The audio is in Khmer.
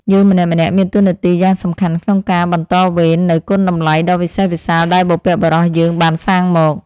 យើងម្នាក់ៗមានតួនាទីយ៉ាងសំខាន់ក្នុងការបន្តវេននូវគុណតម្លៃដ៏វិសេសវិសាលដែលបុព្វបុរសយើងបានសាងមក។